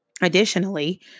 additionally